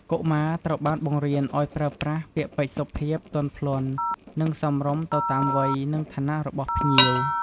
កុមារត្រូវបានបង្រៀនឲ្យប្រើប្រាស់ ពាក្យពេចន៍សុភាព ទន់ភ្លន់ និងសមរម្យទៅតាមវ័យ និងឋានៈរបស់ភ្ញៀវ។